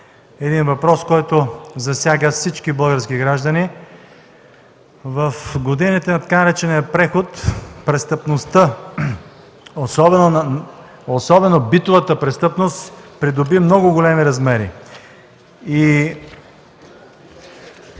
един въпрос, който засяга всички български граждани. В годините на така наречения „преход” престъпността, особено битовата престъпност, придоби много големи размери.